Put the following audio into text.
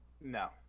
No